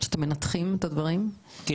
אני